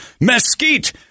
mesquite